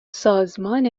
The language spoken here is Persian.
سازمان